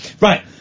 Right